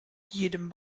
jedem